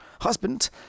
husband